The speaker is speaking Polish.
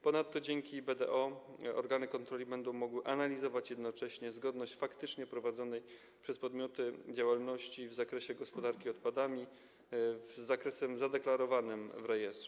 Ponadto dzięki BDO organy kontroli będą mogły analizować jednocześnie zgodność faktycznie prowadzonej przez podmioty działalności w zakresie gospodarki odpadami z zakresem zadeklarowanym w rejestrze.